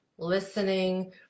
listening